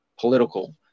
political